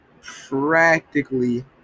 practically